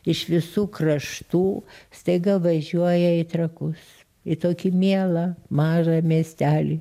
iš visų kraštų staiga važiuoja į trakus į tokį mielą mažą miestelį